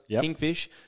kingfish